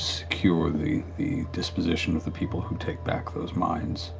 secure the the disposition of the people who take back those mines,